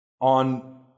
on